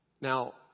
Now